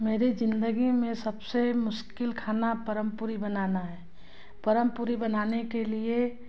मेरी ज़िंदगी में सबसे मुश्किल खाना परम पूरी बनाना है परम पूरी बनाने के लिए